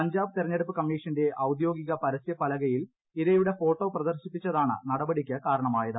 പഞ്ചാബ് തെരഞ്ഞെടുപ്പ് കമ്മീഷന്റെ ഔദ്യോഗിക പരസ്യപ്പലകയിൽ ഇരയുടെ ഫോട്ടോ പ്രദർശിപ്പിച്ചതാണ് നടപടിക്ക് കാരണമായത്